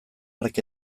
hark